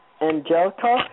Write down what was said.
Angelica